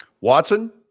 Watson